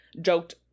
joked